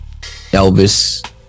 Elvis